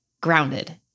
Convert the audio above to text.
grounded